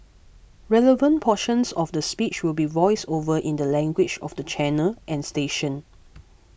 relevant portions of the speech will be voiced over in the language of the channel and station